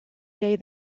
day